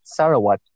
Sarawat